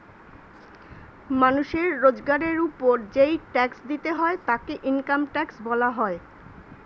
মানুষের রোজগারের উপর যেই ট্যাক্স দিতে হয় তাকে ইনকাম ট্যাক্স বলা হয়